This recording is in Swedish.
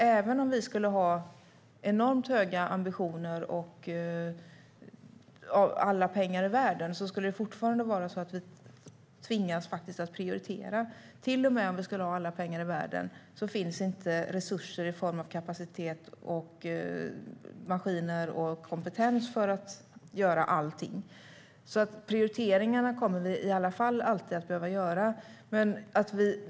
Även om vi skulle ha enormt höga ambitioner och alla pengar i världen skulle vi nämligen tvingas att prioritera. Inte ens om vi hade alla pengar i världen skulle det finnas resurser i form av kapacitet, maskiner och kompetens för att göra allting. Prioriteringarna kommer vi alltså alltid att behöva göra.